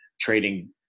trading